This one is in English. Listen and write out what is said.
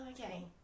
okay